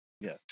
Yes